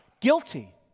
Guilty